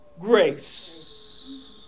grace